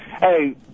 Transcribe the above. Hey